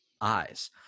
eyes